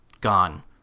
Gone